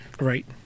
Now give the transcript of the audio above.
Right